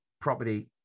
property